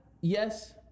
yes